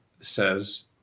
says